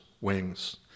wings